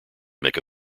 make